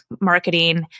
marketing